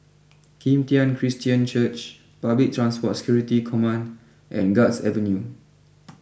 Kim Tian Christian Church Public Transport Security Command and Guards Avenue